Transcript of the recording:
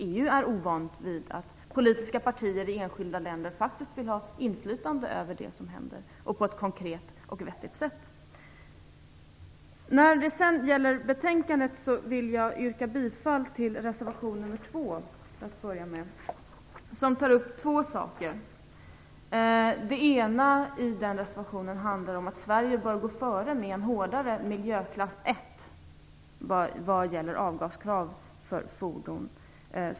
EU är ovant vid att politiska partier i enskilda länder vill ha inflytande över det som händer på ett konkret och vettigt sätt. När det sedan gäller betänkandet vill jag till att börja med yrka bifall till reservation nr 2, där det tas upp två saker. Den ena handlar om att Sverige bör gå före med en hårdare miljöklass 1 vad gäller avgaskrav för fordon.